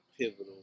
pivotal